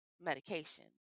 medication